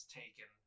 taken